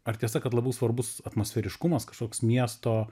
ar tiesa kad labai svarbus atmosferiškumas kažkoks miesto